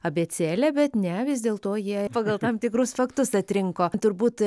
abėcėlę bet ne vis dėlto jie pagal tam tikrus faktus atrinko turbūt